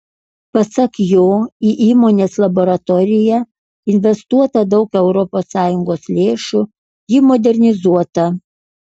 pasak jo į įmonės laboratoriją investuota daug europos sąjungos lėšų ji modernizuota